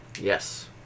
Yes